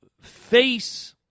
face